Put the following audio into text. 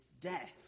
death